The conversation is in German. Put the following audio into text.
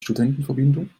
studentenverbindung